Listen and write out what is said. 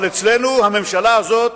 אבל אצלנו הממשלה הזאת